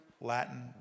Latin